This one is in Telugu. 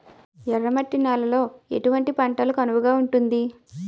ఎర్ర మట్టి నేలలో ఎటువంటి పంటలకు అనువుగా ఉంటుంది?